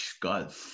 god